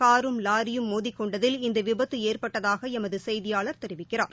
காரும் லாரியும் மோதிக் கொண்டதில் இந்த விபத்து ஏற்பட்டதாக எமது செய்தியாளர் தெரிவிக்கிறார்